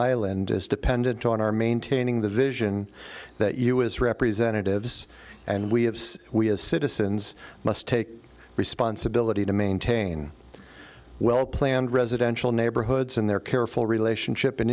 island is dependent on our maintaining the vision that you as representatives and we have we as citizens must take responsibility to maintain a well planned residential neighborhoods and they're careful relationship and